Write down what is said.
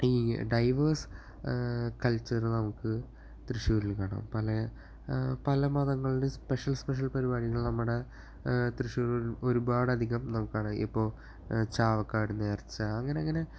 ഈ diverse culture നമുക്ക് തൃശ്ശൂരിൽ കാണാം പല പല മതങ്ങളുടെ സ്പെഷൽ സ്പെഷൽ പരിപാടികൾ നമ്മുടെ തൃശ്ശൂരിൽ ഒരുപാട് അധികം നമുക്കറിയാം ഇപ്പോൾ ചാവക്കാട് നേർച്ച അങ്ങനെ അങ്ങനെ